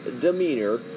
demeanor